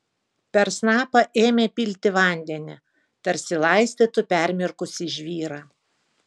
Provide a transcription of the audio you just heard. per snapą ėmė pilti vandenį tarsi laistytų permirkusį žvyrą